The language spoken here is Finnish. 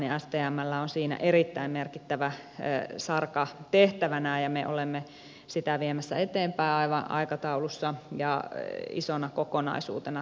stmllä on siinä erittäin merkittävä sarka tehtävänä ja me olemme sitä viemässä eteenpäin aivan aikataulussa ja isona kokonaisuutena tietenkin